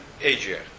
Asia